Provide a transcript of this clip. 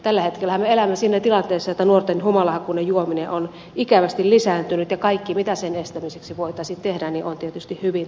tällä hetkellähän me elämme siinä tilanteessa että nuorten humalahakuinen juominen on ikävästi lisääntynyt ja kaikki mitä sen estämiseksi voitaisiin tehdä on tietysti hyvin tärkeää